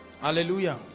Hallelujah